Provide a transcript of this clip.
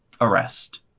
Arrest